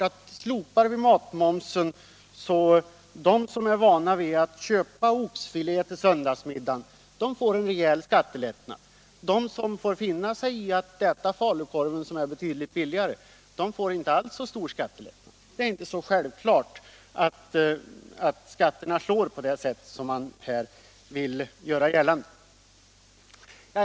Ja, slopar vi matmomsen får de som är vana att köpa oxfilé till sön dagsmiddagen en rejäl skattelättnad. De som får finna sig i att äta falukorv, som är betydligt billigare, får inte alls så stor skattelättnad. — Det är alltså inte självklart att skatterna slår på det sätt som herr Berndtson vill göra gällande.